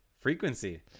frequency